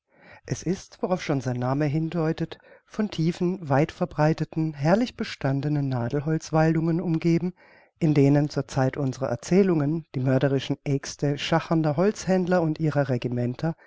es ist worauf schon sein name hindeutet von tiefen weitverbreiteten herrlich bestandenen nadelholz waldungen umgeben in denen zur zeit unserer erzählungen die mörderischen aexte schachernder holzhändler und ihrer regimenter